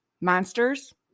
monsters